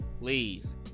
Please